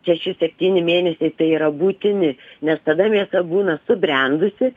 šeši septyni mėnesiai tai yra būtini nes tada mėsa būna subrendusi